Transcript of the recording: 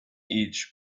each